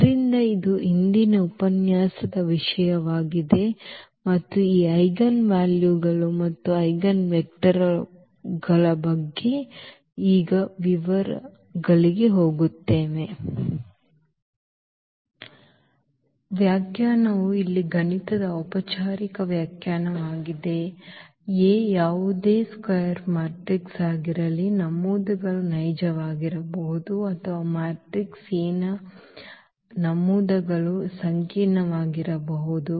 ಆದ್ದರಿಂದ ಇದು ಇಂದಿನ ಉಪನ್ಯಾಸದ ವಿಷಯವಾಗಿದೆ ಮತ್ತು ಈ ಐಜೆನ್ ವ್ಯಾಲ್ಯೂಗಳು ಮತ್ತು ಐಜೆನ್ವೆಕ್ಟರ್ಗಳ ಬಗ್ಗೆ ನಾವು ಈಗ ವಿವರಗಳಿಗೆ ಹೋಗುತ್ತೇವೆ ವ್ಯಾಖ್ಯಾನವು ಇಲ್ಲಿ ಗಣಿತದ ಔಪಚಾರಿಕ ವ್ಯಾಖ್ಯಾನವಾಗಿದೆ A ಯಾವುದೇ ಚದರ ಮ್ಯಾಟ್ರಿಕ್ಸ್ ಆಗಿರಲಿ ನಮೂದುಗಳು ನೈಜವಾಗಿರಬಹುದು ಅಥವಾ ಮ್ಯಾಟ್ರಿಕ್ಸ್ A ನ ನಮೂದುಗಳು ಸಂಕೀರ್ಣವಾಗಿರಬಹುದು